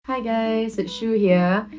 hi guys, it's shu here.